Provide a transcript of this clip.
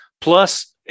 Plus